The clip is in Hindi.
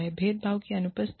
भेदभाव की अनुपस्थिति